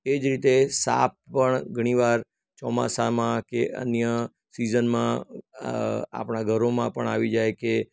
એજ રીતે સાપ પણ ઘણી વાર ચોમાસામાં કે અન્ય સિઝનમાં આપણાં ઘરોમાં પણ આવી જાય કે